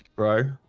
bro,